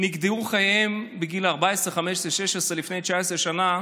שנגדעו חייהם בגיל 14, 15, 16, לפני 19 שנה,